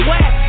West